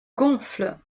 gonfle